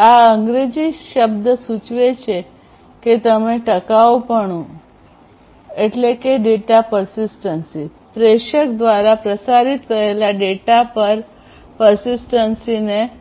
આ અંગ્રેજી શબ્દ સૂચવે છે તેમ ટકાઉપણું પ્રેષક દ્વારા પ્રસારિત કરેલા ડેટા પરસ્ટિન્સન્સની data